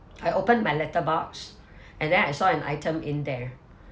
I open my letter box and then I saw an item in there